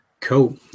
cool